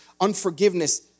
unforgiveness